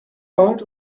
part